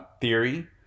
theory